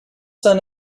son